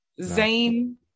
Zayn